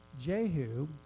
Jehu